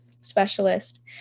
specialist